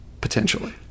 potentially